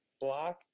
block